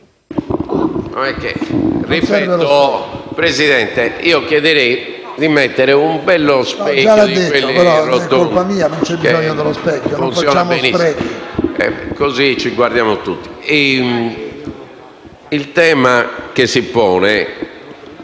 il tema che si pone